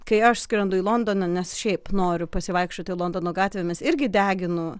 kai aš skrendu į londoną nes šiaip noriu pasivaikščioti londono gatvėmis irgi deginu